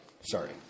Sorry